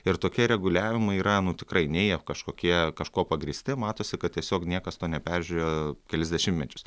ir tokie reguliavimai yra nu tikrai nei jie kažkokie kažkuo pagrįsti matosi kad tiesiog niekas to neperžiūrėjo kelis dešimtmečius